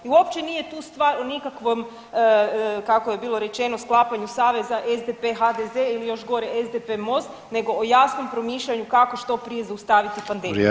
I uopće nije tu stvar o nikakvom kako je bilo rečeno sklapanju saveza SDP, HDZ ili još gore SDP, MOST nego o jasnom promišljanju kako što prije zaustaviti pandemiju [[Upadica Sanader: Vrijeme.]] Hvala.